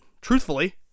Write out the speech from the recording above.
truthfully